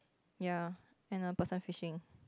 ya and a person fishing